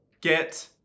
Get